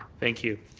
thank you,